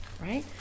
right